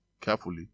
carefully